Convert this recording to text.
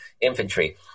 infantry